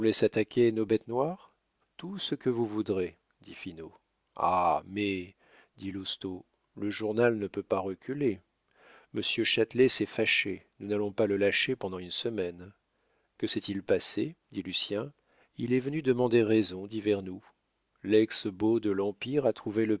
attaquer nos bêtes noires tout ce que vous voudrez dit finot ah mais dit lousteau le journal ne peut pas reculer monsieur châtelet s'est fâché nous n'allons pas le lâcher pendant une semaine que s'est-il passé dit lucien il est venu demander raison dit vernou lex beau de l'empire a trouvé